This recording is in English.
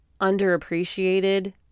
underappreciated